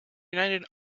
united